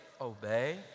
Obey